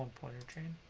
point and